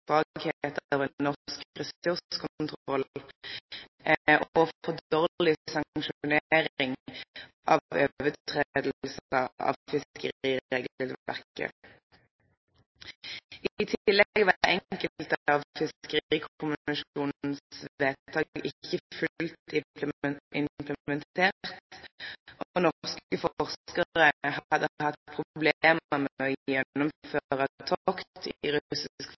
norsk ressurskontroll og for dårlig sanksjonering av overtredelser av fiskeriregelverket. I tillegg var enkelte av Fiskerikommisjonens vedtak ikke fullt implementert, og norske forskere hadde hatt problemer med